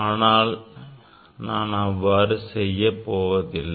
ஆனால் நான் அவ்வாறு செய்ய போவதில்லை